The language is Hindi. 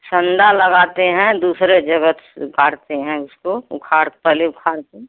संडा लगाते हैं दूसरे जगह काटते हैं उसको उखाड़ पहले उखाड़ कर